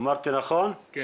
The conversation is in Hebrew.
אתה